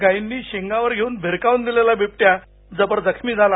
गायींनी शिंगावर घेऊन भिरकावून दिलेला बिबट्या जबर जखमी झाला